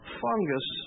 fungus